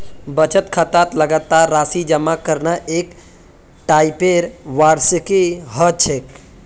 बचत खातात लगातार राशि जमा करना एक टाइपेर वार्षिकी ह छेक